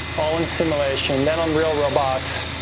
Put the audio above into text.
all in simulation, then on real robots.